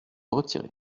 retirer